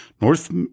North